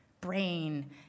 brain